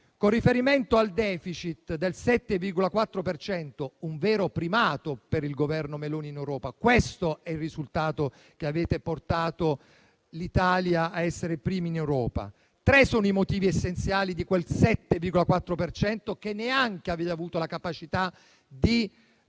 con riferimento al *deficit* del 7,4 per cento, un vero primato per il Governo Meloni in Europa, questo è il risultato che ha portato l'Italia a essere tra i primi in Europa. Tre sono i motivi essenziali di quel 7,4 per cento che neanche avete avuto la capacità di